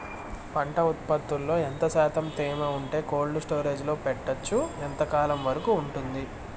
పంట ఉత్పత్తులలో ఎంత శాతం తేమ ఉంటే కోల్డ్ స్టోరేజ్ లో పెట్టొచ్చు? ఎంతకాలం వరకు ఉంటుంది